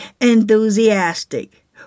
enthusiastic